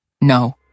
No